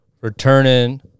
returning